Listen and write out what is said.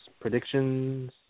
predictions